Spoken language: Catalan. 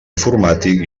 informàtic